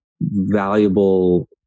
valuable